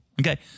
Okay